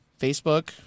Facebook